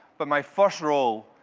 but my first role,